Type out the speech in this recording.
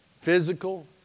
Physical